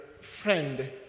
friend